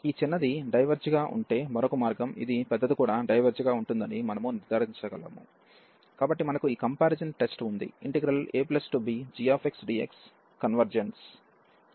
ఈ చిన్నది డైవెర్జ్ గా ఉంటే మరొక మార్గం ఇది పెద్దది కూడా డైవెర్జ్ గా ఉంటుందని మనము నిర్ధారించగలము కాబట్టి మనకు ఈ కంపారిజాన్ టెస్ట్ ఉంది